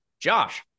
Josh